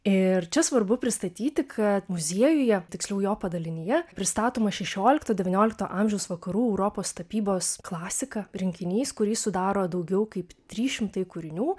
ir čia svarbu pristatyti kad muziejuje tiksliau jo padalinyje pristatoma šešiolikto devyniolikto amžiaus vakarų europos tapybos klasika rinkinys kurį sudaro daugiau kaip trys šimtai kūrinių